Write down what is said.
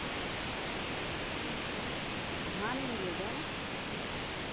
हाँ ठीक है धान भी मिलेगा ना